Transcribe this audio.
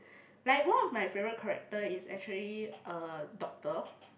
like one of my favourite character is actually a doctor